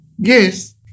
Yes